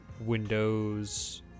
windows